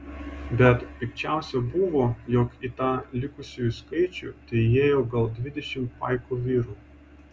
bet pikčiausia buvo jog į tą likusiųjų skaičių teįėjo gal dvidešimt paiko vyrų